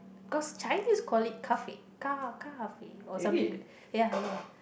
cause Chinese call it kafe or something ya ya